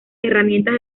herramientas